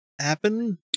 happen